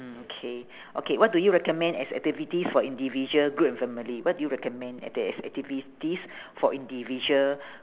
mm K okay what do you recommend as activities for individual group and family what do you recommend at the as~ activities for individual